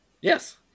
Yes